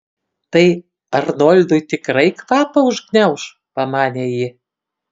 tai arnoldui tikrai kvapą užgniauš pamanė ji